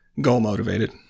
goal-motivated